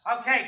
Okay